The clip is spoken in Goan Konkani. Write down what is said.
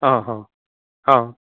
आं हां आं